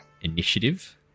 initiative